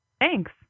Thanks